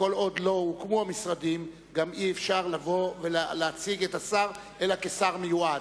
וכל עוד לא הוקמו המשרדים גם אי-אפשר לבוא ולהציג את השר אלא כשר מיועד.